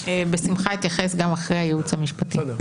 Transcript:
בשמחה אתייחס גם אחרי דברי הייעוץ המשפטי.